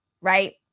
right